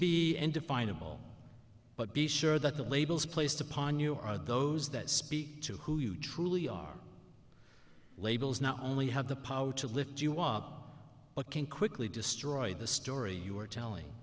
and definable but be sure that the labels placed upon you are those that speak to who you truly are labels not only have the power to lift you up but can quickly destroy the story you were telling